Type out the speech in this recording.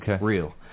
real